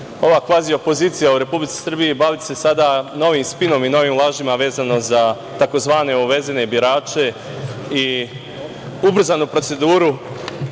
ova kvazi opozicija u Republici Srbiji baviti sada novim spinom i novim lažima vezano za tzv. uvezene birače i ubrzanu proceduru